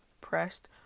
Pressed